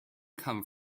come